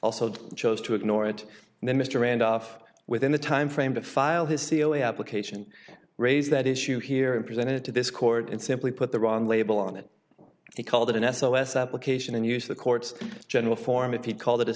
also chose to ignore it and then mr randolph within the timeframe to file his seal application raise that issue here and presented to this court and simply put the wrong label on it he called it an s o s application and use the courts general form if he called it a